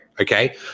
okay